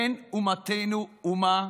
"אין אומתנו אומה